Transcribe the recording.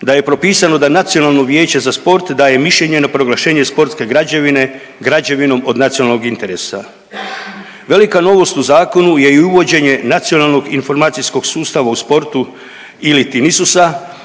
da je propisano da Nacionalno vijeće za sport daje mišljenje na proglašenje sportske građevine građevinom od nacionalnog interesa. Velika novost u zakonu je i uvođenje nacionalnog informacijskog sustava u sportu iliti